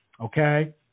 Okay